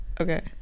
okay